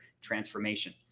transformation